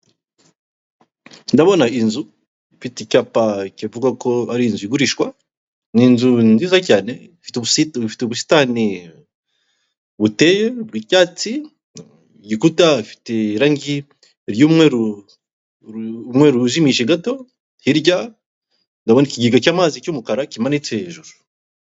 Ndabona inzu, ifite icyapa kivuga ko hari inzu igurishwa n'inzu nziza cyane, ifite ubusitani buteye bw'icyatsi, igikuta gifite irangi ry'umweru ujimije gato, hirya ndabona ikigega cy'amazi cy'umukara kimanitse hejuru.